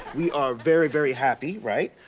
we are very, very happy, right?